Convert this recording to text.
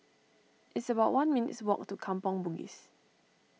it's about one minutes' walk to Kampong Bugis